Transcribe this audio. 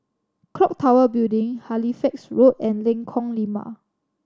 Clock Tower Building Halifax Road and Lengkong Lima